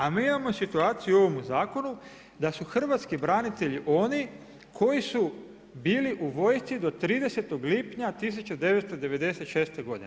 A mi imamo situaciju u ovome zakonu da su hrvatski branitelji oni koji su bili u vojsci do 30. lipnja 1996. godine.